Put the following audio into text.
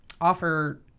offer